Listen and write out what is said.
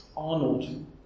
Arnold